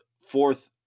fourth